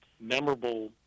Memorable